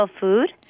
food